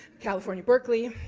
california, berkeley.